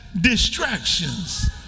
distractions